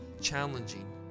challenging